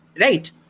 right